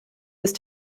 ist